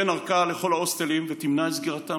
תן ארכה לכל ההוסטלים ותמנע את סגירתם,